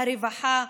הרווחה,